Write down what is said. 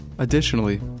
Additionally